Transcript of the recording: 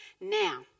now